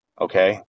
Okay